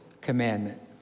commandment